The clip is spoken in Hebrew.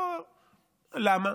למה?